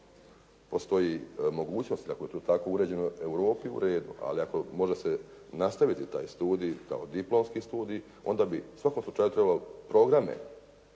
postoji mogućnost, ako je to tako uređeno u Europi u redu, ali ako može se nastaviti taj studij kao diplomski studij onda bi u svakom slučaju trebalo programe